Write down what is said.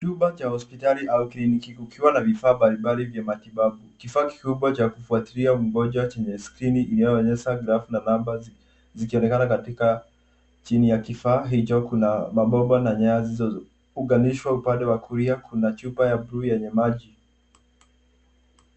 Chumba cha hospitali au kliniki kikiwa na vifaa mbalimbali vya. Kifaa kikubwa cha kufuatilia mgonjwa chenye skrini inayoonyesha grafu na namba inaonekana katika. Chini ya kifaa hicho kuna mabomba na nyaya zilizo unganishwa upande wa kulia kuna chupa ya bluu yenye maji.